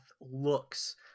looks